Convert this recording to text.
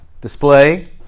display